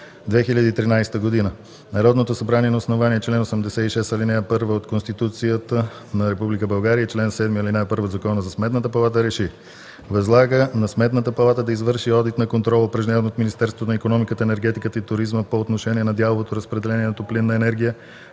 2013 г., Народното събрание на основание чл. 86, ал. 1 от Конституцията на Република България и чл. 7, ал. 1 от Закона за Сметната палата РЕШИ: 1. Възлага на Сметната палата да извърши Одит на контрола, упражняван от Министерството на икономиката, енергетиката и туризма по отношение на дяловото разпределение на топлинна енергия